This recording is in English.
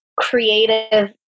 creative